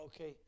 okay